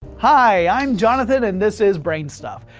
hi, i'm jonathan and this is brainstuff.